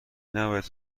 نباید